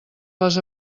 les